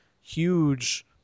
huge